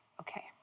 Okay